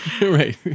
right